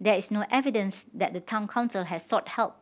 there is no evidence that the Town Council has sought help